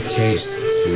tastes